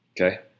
Okay